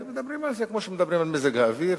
מדברים על זה כמו שמדברים על מזג האוויר,